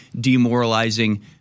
demoralizing